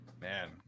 Man